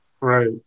Right